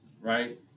right